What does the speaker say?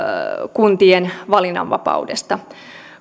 kuntien valinnanvapaudesta